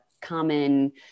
common